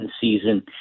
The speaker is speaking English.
season